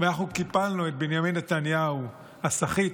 ואנחנו קיפלנו את בנימין נתניהו הסחיט,